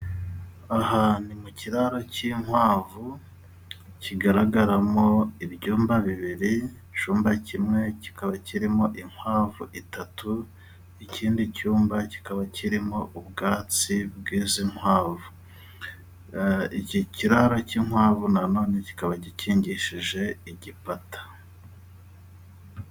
Aha ni mu kiraro cy'inkwavu kigaragaramo ibyumba bibiri. Icyumba kimwe kikaba kirimo inkwavu eshatu, ikindi cyumba kikaba kirimo ubwatsi bw'izi nkwavu. Iki kiraro cy'inkwavu nanone kikaba gikingishije igipata.